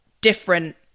different